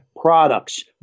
products